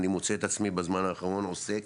אני מוצא את עצמי בזמן האחרון עוסק